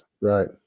right